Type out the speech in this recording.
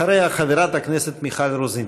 אחריה, חברת הכנסת מיכל רוזין.